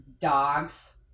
dogs